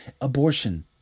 abortion